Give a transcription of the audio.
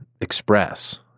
express